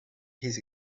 his